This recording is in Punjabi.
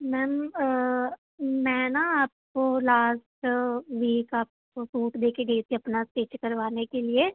ਮੈਮ ਮੈਂ ਨਾ ਆਪਕੋ ਲਾਸਟ ਵੀਕ ਆਪਕੋ ਸੂਟ ਦੇ ਕੇ ਗਈ ਸੀ ਆਪਨਾ ਸਟਿਚ ਕਰਵਾਨੇ ਕੇ ਲੀਏ